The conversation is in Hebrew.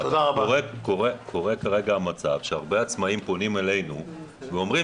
אבל קורה כרגע המצב שהרבה עצמאים פונים אלינו והם אומרים